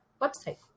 website